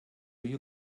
you